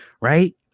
Right